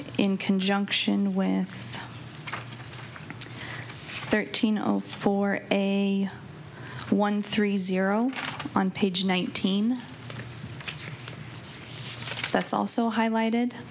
in conjunction with thirteen zero for a one three zero on page nineteen that's also highlighted